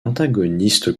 antagoniste